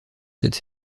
cette